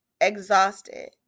exhausted